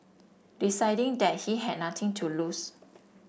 deciding that he had nothing to lose